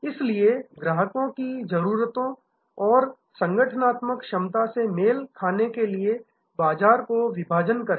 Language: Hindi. इसलिए ग्राहक की जरूरतों और संगठनात्मक क्षमता से मेल खाने के लिए बाजार को विभाजन करें